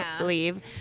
leave